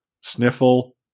sniffle